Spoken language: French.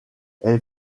elle